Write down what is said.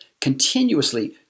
continuously